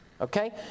Okay